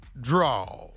draw